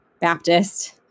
Baptist